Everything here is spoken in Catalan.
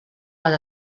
les